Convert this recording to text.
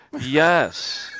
Yes